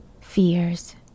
fears